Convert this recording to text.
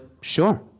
sure